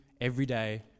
everyday